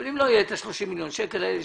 אבל אם לא יהיו ה-30 מיליון שקלים האלה,